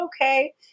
okay